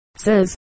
says